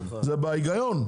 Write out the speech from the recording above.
זה בהגיון.